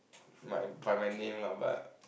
my by my name lah but